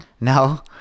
no